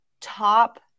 top